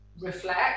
reflect